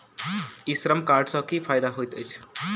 ई Shram card सँ की फायदा होइत अछि?